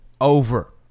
over